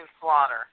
Slaughter